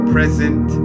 Present